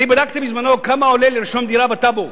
אני בדקתי בזמנו כמה עולה לרשום דירה בטאבו.